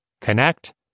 connect